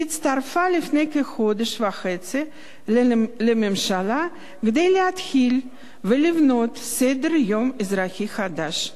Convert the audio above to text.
הצטרפה לפני כחודש וחצי לממשלה כדי להתחיל לבנות סדר-יום אזרחי חדש.